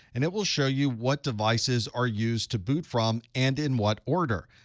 and it will show you what devices are used to boot from and in what order.